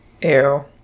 Ew